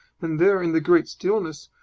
and there, in the great stillness,